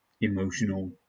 emotional